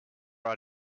our